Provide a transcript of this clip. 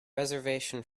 reservation